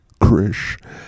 krish